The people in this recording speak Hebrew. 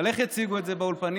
אבל איך הציגו את זה באולפנים?